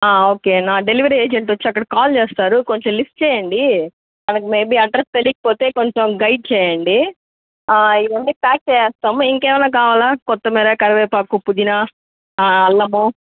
okay నా delivery agent వచ్చి అక్కడ కాల్ చేస్తారు కొంచం లిఫ్ట్ చేయండి వాళ్ళకి మేబి అడ్రస్ తేలీకపోతే కొంచం గైడ్ చేయండి ఇవన్నీ ప్యాక్ చేసేస్తాము ఇంకేమైనా కావాల కొత్తిమీర కర్వేపాకు పుదీన అల్లము